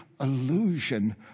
illusion